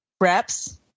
reps